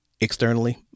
externally